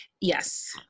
Yes